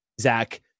zach